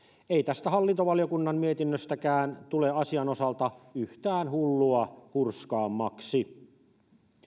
ei tästä hallintovaliokunnan mietinnöstäkään tule asian osalta yhtään hullua hurskaammaksi